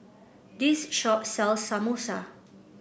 this shop sells Samosa